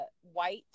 white